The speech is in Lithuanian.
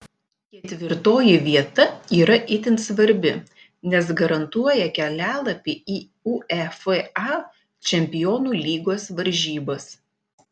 ketvirtoji vieta yra itin svarbi nes garantuoja kelialapį į uefa čempionų lygos varžybas